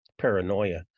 paranoia